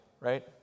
right